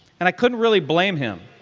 and i couldn't really blame him.